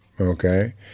okay